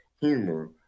humor